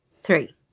Three